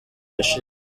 yashize